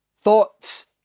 thoughts